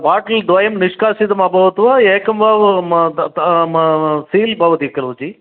bottle द्वयं निष्काशितम् अभवत् वा एकं वा स्टील् भवति खलु जी